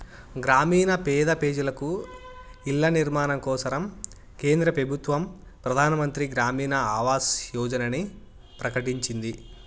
గ్రామీణ పేద పెజలకు ఇల్ల నిర్మాణం కోసరం కేంద్ర పెబుత్వ పెదానమంత్రి గ్రామీణ ఆవాస్ యోజనని ప్రకటించింది